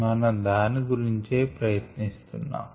మనం దాని గురించే ప్రయత్నిస్తున్నాం